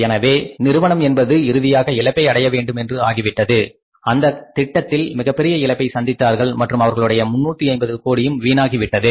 எனவே நிறுவனம் என்பது இறுதியாக இழப்பை அடைய வேண்டும் என்று ஆகிவிட்டது அந்த திட்டத்தில் மிகப்பெரிய இழப்பை சந்தித்தார்கள் மற்றும் அவர்களுடைய 350 கோடியும் வீணாகிவிட்டது